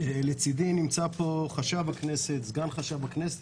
לצדי נמצאים פה חשב הכנסת וסגן חשב הכנסת.